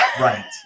right